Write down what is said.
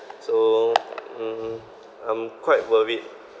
so mm I'm quite worried